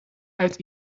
uit